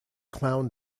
clown